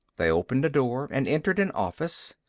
they opened a door and entered an office.